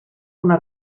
una